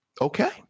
Okay